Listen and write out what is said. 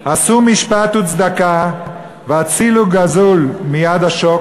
עשו משפט וצדקה והצילו גזוּל מיד עשוֹק,